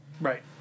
right